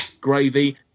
gravy